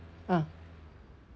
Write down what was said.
uh